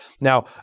Now